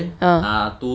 ah